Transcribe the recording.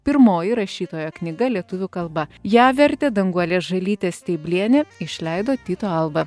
pirmoji rašytojo knyga lietuvių kalba ją vertė danguolė žalytė steiblienė išleido tyto alba